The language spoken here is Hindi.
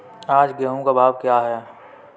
आज गेहूँ का भाव क्या है?